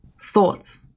thoughts